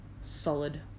solid